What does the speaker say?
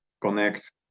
connect